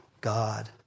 god